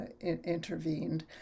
intervened